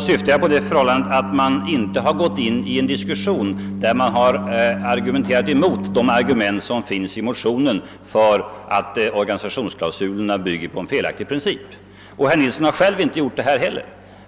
syftade jag på det förhållandet, att man inte har argumenterat emot de argument som anförs i motionen om att organi sationsklausulen bygger på en felaktig princip. Herr Nilsson har heller inte gjort det nu.